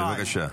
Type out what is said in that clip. עידן, בבקשה.